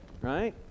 right